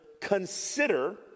consider